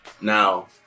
Now